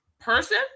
person